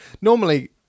normally